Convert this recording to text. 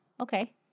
okay